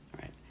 Right